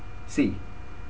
see